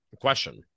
question